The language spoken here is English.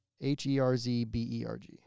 H-E-R-Z-B-E-R-G